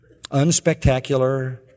unspectacular